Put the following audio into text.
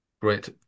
Great